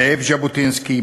זאב ז'בוטינסקי,